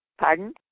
Pardon